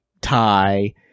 tie